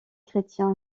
chrétien